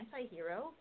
anti-hero